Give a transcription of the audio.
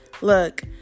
Look